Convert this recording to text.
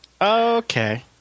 Okay